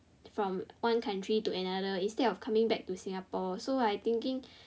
from one country to another instead of coming back to Singapore so I thinking